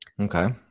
Okay